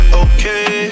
okay